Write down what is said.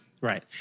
Right